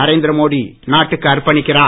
நரேந்திர மோடி நாட்டுக்கு அர்ப்பணிக்கிறார்